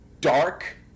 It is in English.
dark